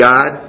God